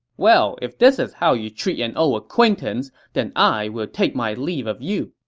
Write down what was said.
well, if this is how you treat an old acquaintance, then i will take my leave of you,